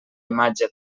imatge